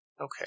Okay